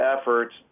efforts